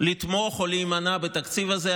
לתמוך או להימנע בתקציב הזה.